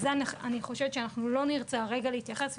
על זה אני חושבת שאנחנו לא נרצה הרגע להתייחס,